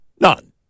None